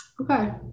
Okay